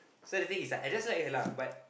so the thing is like I just like her laugh but